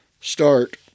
Start